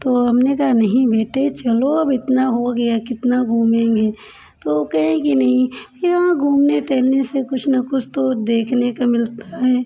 तो हमने कहा नहीं बेटे चलो अब इतना हो गया कितना घूमेंगे तो वो कहें कि नहीं यहाँ घूमने टहलने से कुछ ना कुछ तो देखने के मिलता है